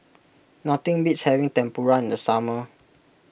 nothing beats having Tempura in the summer